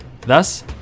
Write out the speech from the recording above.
Thus